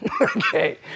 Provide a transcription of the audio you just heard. okay